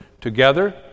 together